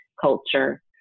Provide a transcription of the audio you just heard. culture